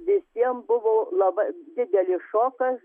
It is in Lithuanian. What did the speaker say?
visiem buvo laba didelis šokas